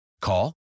Call